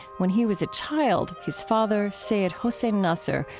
when he was a child, his father, seyyed hossein nasr,